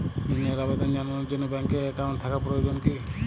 ঋণের আবেদন জানানোর জন্য ব্যাঙ্কে অ্যাকাউন্ট থাকা প্রয়োজন কী?